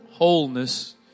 Wholeness